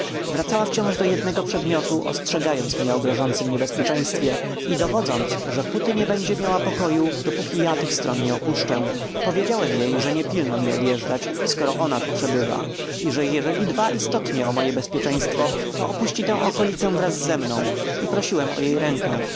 wracała wciąż do jednego przedmiotu ostrzegając mnie o grożącem niebezpieczeństwie i dowodząc że póty nie będzie miała spokoju dopóki ja tych stron nie opuszczę powiedziałem jej że nie pilno mi odjeżdżać skoro ona tu przebywa i że jeśli dba istotnie o moje bezpieczeństwo to opuści tę okolicę wraz ze mną i prosiłem o jej rękę